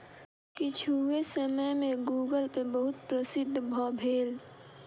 किछुए समय में गूगलपे बहुत प्रसिद्ध भअ भेल